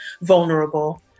vulnerable